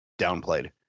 downplayed